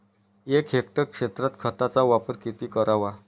एक हेक्टर क्षेत्रात खताचा वापर किती करावा?